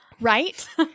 right